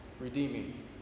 redeeming